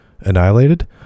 annihilated